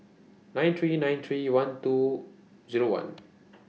nine three nine three one two Zero one